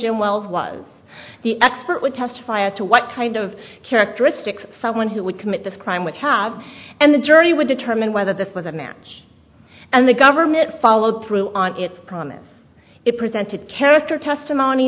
john wells was the expert would testify as to what kind of characteristics someone who would commit this crime would have and the jury would determine whether this was a match and the government followed through on its promise it presented character testimony